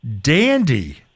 Dandy